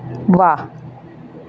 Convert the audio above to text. वा